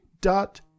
dot